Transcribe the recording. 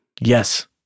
yes